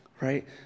right